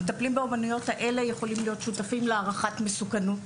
המטפלים באומניות האלה יכולים להיות שותפים להערכת מסוכנות.